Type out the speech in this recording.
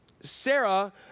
Sarah